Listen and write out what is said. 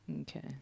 Okay